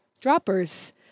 droppers